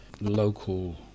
local